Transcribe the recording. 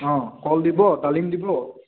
কল দিব ডালিম দিব